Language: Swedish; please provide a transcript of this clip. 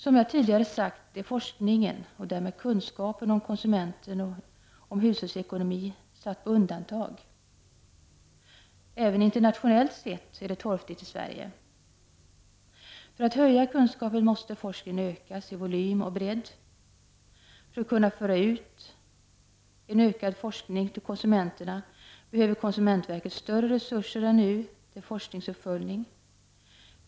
Som jag tidigare sagt är forskningen, och därmed kunskapen, om konsumenten och hushållsekonomin satt på undantag. Även internationellt sett är det torftigt i Sverige. För att höja kunskapsnivån måste forskningen ökas i volym och bredd. För att kunna föra ut en ökad forskning till konsumenterna behöver konsumentverket större resurser än nu till forskningsuppföljning.